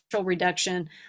reduction